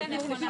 נכון.